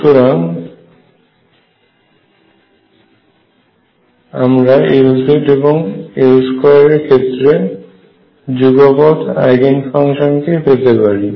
সুতরাং আমরা Lz এবং L2 এর ক্ষেত্রে যুগপৎ আইগেন ফাংশন কে পেতে পারি